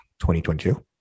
2022